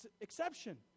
exception